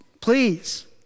please